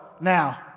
now